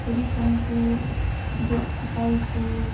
ᱠᱩᱲᱤ ᱦᱚᱯᱚᱱ ᱠᱚ ᱡᱚᱜ ᱥᱟᱯᱷᱟᱭᱟᱠᱚ